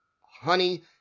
honey